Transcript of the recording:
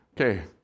Okay